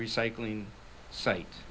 recycling site